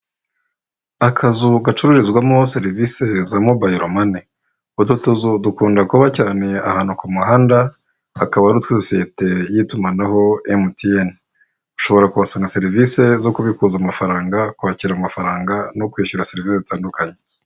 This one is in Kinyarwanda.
Akazu gacururizwamo serivisi za mobilo mane. Utu tuzu dukunda kuba cyane ahantu ku muhanda akaba ari utwa sosiyete y'itumanaho emutiyene. Ushobora kuhsanga serivisi zo kubikuza amafaranga kwakira amafaranga no kwishyura serivisi zitandukanye.